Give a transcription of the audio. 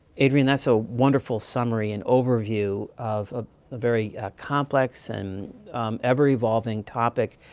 adrienne, that's a wonderful summary and overview of a very complex and ever-evolving topic.